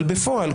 אבל בפועל,